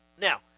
Now